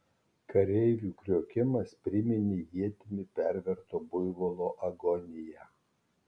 kareivių kriokimas priminė ietimi perverto buivolo agoniją